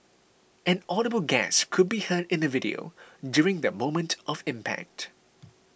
an audible gasp could be heard in the video during the moment of impact